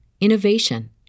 innovation